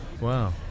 Wow